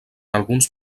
alguns